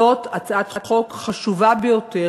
זאת הצעת חוק חשובה ביותר,